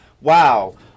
Wow